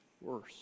worse